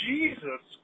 Jesus